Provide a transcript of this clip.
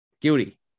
Guilty